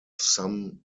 some